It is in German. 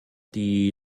die